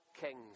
kings